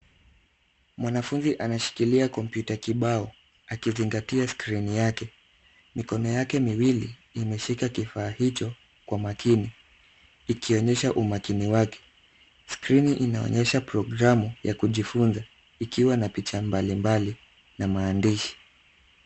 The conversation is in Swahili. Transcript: Mwanafunzi anashikilia kompyuta kibao akizingatia skrini yake. Mikono yake miwili imeshika kifaa hicho kwa makini ikionyesha umakini wake. Skrini inaonyesha programu ya kujifunza ikiwa na picha mbalimbali na maandishi.